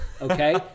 okay